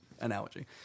analogy